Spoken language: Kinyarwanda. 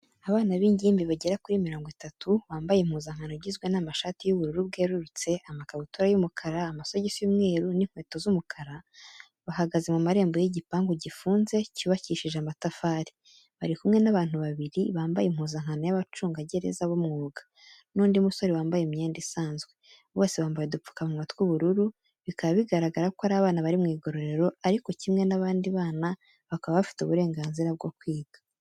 Abana b'ingimbi bagera kuri mirongo itatu, bambaye impuzankano igizwe n'amashati y'ubururu bwerurutse, amakabutura y'umukara, amasogisi y'umweru n'inkweto z'umukara, bahagaze mu marembo y'igipangu gifunze cyubakishije amatafari. Bari kumwe n'abantu babiri bambaye impuzankano y'abacungagereza b'umwuga, n'undi musore wambaye imyenda isanzwe. Bose bambaye udupfukamunwa tw'ubururu. Bikaba bigaragara ko ari abana bari mu igororero, ariko kimwe n'abandi bana, bakaba bafite uburenganzira bwo kwiga.